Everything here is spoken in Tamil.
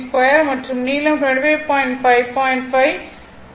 392 மற்றும் நீளம் 25 5